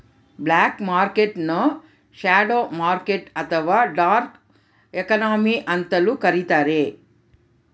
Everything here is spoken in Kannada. ಬ್ಲಾಕ್ ಮರ್ಕೆಟ್ ನ್ನು ಶ್ಯಾಡೋ ಮಾರ್ಕೆಟ್ ಅಥವಾ ಡಾರ್ಕ್ ಎಕಾನಮಿ ಅಂತಲೂ ಕರಿತಾರೆ